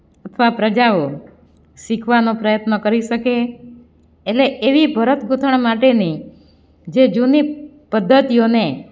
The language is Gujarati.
અથવા પ્રજાઓ શીખવાનો પ્રયત્ન કરી શકે એટલે એવી ભરત ગૂંથણ માટેની જે જૂની પદ્ધતિઓને